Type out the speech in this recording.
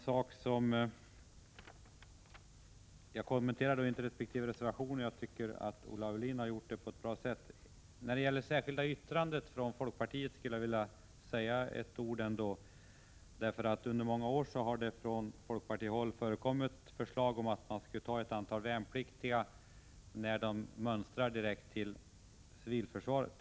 Jag ämnar inte kommentera respektive reservationer, eftersom jag tycker att Olle Aulin har gjort det bra. Men när det gäller det särskilda yttrandet från folkpartiet vill jag säga några ord. Under många år har det från folkpartiet framförts förslag om att ett antal värnpliktiga skulle tas direkt från mönstringen till civilförsvaret.